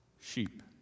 sheep